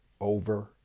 over